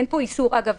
אגב,